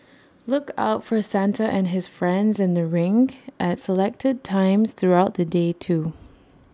look out for Santa and his friends in the rink at selected times throughout the day too